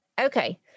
okay